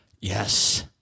Yes